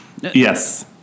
Yes